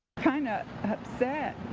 kind of upset